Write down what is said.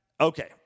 Okay